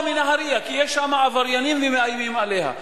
מנהרייה כי יש שם עבריינים שמאיימים עליה.